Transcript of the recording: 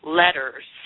letters